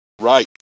Right